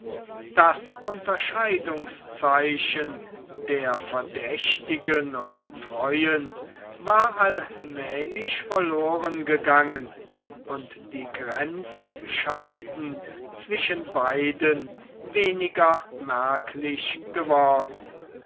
das unterscheidungszeichen der verdächtigen und treuen war allmählich verloren gegangen und die grenzscheiden zwischen beiden weniger merklich geworden